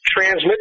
transmit